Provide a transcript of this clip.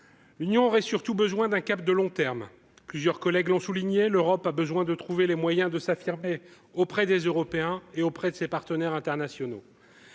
L'Union aurait surtout besoin que soit fixé un cap à long terme. Plusieurs collègues l'ont souligné, l'Europe a besoin de trouver les moyens de s'affirmer auprès des Européens et de ses partenaires internationaux.